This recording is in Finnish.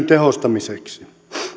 tehostamiseksi